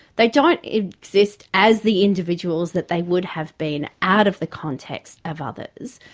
they don't exist as the individuals that they would have been out of the context of others,